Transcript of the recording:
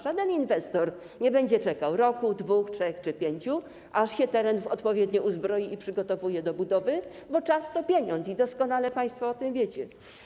Żaden inwestor nie będzie czekał 1 roku, 2, 3 czy 5 lat, aż się teren odpowiednio uzbroi i przygotuje do budowy, bo czas to pieniądz, i doskonale państwo o tym wiecie.